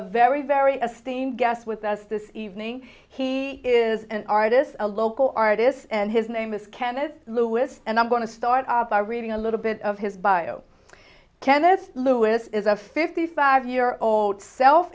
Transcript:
a very very esteem guest with us this evening he is an artist a local artist and his name is kenneth lewis and i'm going to start off by reading a little bit of his bio kenneth lewis is a fifty five year old self